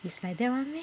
it's like that one meh